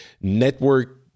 network